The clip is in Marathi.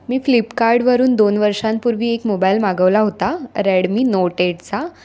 मी फ्लिपकार्डवरून दोन वर्षांपूर्वी एक मोबाईल मागवला होता रेडमी नोट एटचा